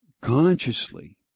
consciously